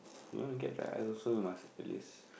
you want to get dry ice also must at least